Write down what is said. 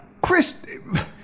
Chris